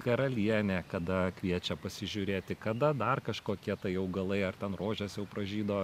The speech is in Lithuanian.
karalienė kada kviečia pasižiūrėti kada dar kažkokie tai augalai ar ten rožės jau pražydo